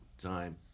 time